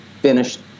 finished